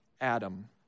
Adam